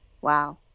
Wow